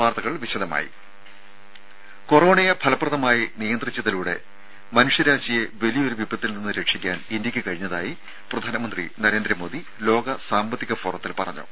വാർത്തകൾ വിശദമായി കൊറോണയെ ഫലപ്രദമായി നിയന്ത്രിച്ചതിലൂടെ മനുഷ്യരാശിയെ വലിയൊരു വിപത്തിൽ നിന്ന് രക്ഷിക്കാൻ ഇന്ത്യക്ക് കഴിഞ്ഞതായി പ്രധാനമന്ത്രി നരേന്ദ്രമോദി ലോക സാമ്പത്തിക ഫോറത്തിൽ പറഞ്ഞു